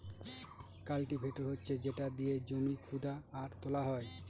cultivator হচ্ছে যেটা দিয়ে জমি খুদা আর তোলা হয়